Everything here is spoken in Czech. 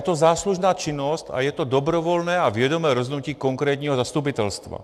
Je to záslužná činnost a je to dobrovolné a vědomé rozhodnutí konkrétního zastupitelstva.